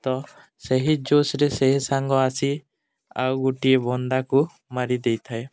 ତ ସେହି ଜୋଶରେ ସେହି ସାଙ୍ଗ ଆସି ଆଉ ଗୋଟିଏ ବନ୍ଦାକୁ ମାରିଦେଇଥାଏ